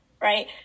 right